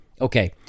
Okay